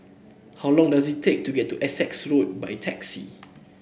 how long does it take to get to Essex Road by taxi